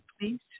please